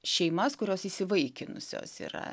šeimas kurios įsivaikinusios yra